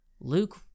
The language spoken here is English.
Luke